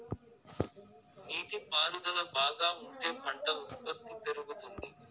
నీటి పారుదల బాగా ఉంటే పంట ఉత్పత్తి పెరుగుతుంది